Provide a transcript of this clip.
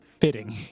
fitting